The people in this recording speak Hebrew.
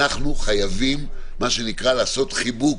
אנחנו חייבים לעשות חיבוק,